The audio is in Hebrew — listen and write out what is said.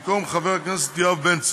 במקום חבר הכנסת יואב בן צור,